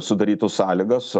sudarytų sąlygas